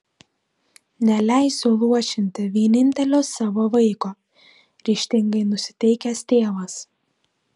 neleisiu luošinti vienintelio savo vaiko ryžtingai nusiteikęs tėvas